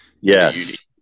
yes